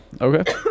okay